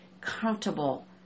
comfortable